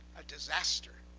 a disaster.